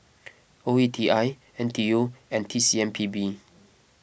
O E T I N T U and T C M P B